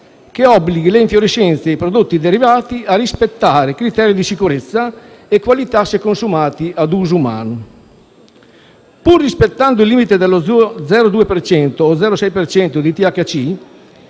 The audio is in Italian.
che obblighi le infiorescenze e i prodotti derivati a rispettare criteri di sicurezza e qualità se consumati ad uso umano. Pur rispettando il limite dello 0,2 per cento